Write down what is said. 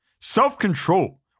self-control